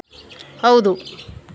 ಹೌದು